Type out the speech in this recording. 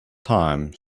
time